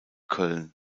köln